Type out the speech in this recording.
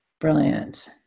Brilliant